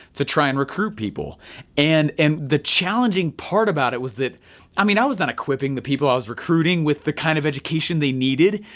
to try and recruit people and and the challenging part about it was, i mean, i was not equipping the people i was recruiting with the kind of education they needed,